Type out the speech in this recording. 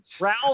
Ralph